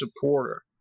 supporter